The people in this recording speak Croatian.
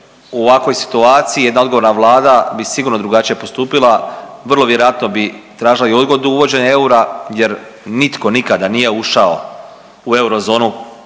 u ovakvoj situaciji jedna odgovorna vlada bi sigurno drugačije postupila, vrlo vjerojatno bi tražila i odgodu uvođenja eura jer nitko nikada nije ušao u eurozonu